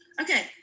okay